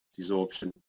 desorption